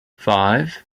five